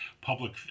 public